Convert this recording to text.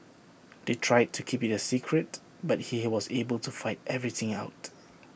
they tried to keep IT A secret but he was able to figure everything out